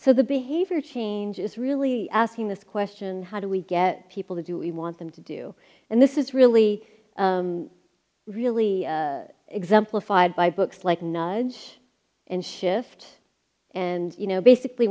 so the behavior changes really asking this question how do we get people to do we want them to do and this is really really exemplified by books like nudge and shift and you know basically